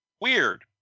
Weird